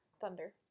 thunder